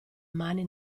mani